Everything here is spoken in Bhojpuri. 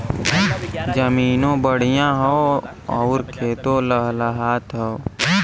जमीनों बढ़िया हौ आउर खेतो लहलहात हौ